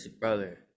brother